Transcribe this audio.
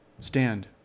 Stand